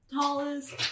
Tallest